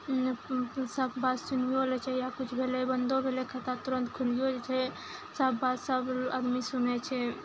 सब बात सुनियो लै छै या किछु भेलै बन्दो भेलै खाता तुरन्त खुलियो जाइ छै सब बात सब आदमी सुनै छै